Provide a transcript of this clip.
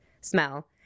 smell